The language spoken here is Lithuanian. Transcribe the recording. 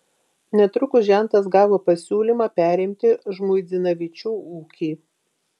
netrukus žentas gavo pasiūlymą perimti žmuidzinavičių ūkį